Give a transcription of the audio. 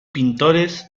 pintores